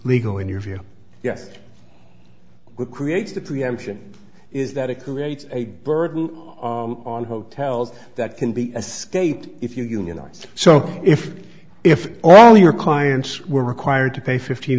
legal in your view yes creates the preemption is that it creates a burden on hotels that can be a state if you unionize so if if all your clients were required to pay fifteen